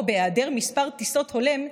או בלי מספר טיסות הולם,